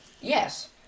Yes